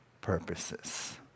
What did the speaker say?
purposes